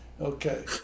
Okay